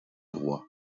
roi